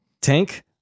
Tank